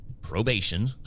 probation